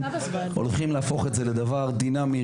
הולכים להפוך את זה לדבר דינמי,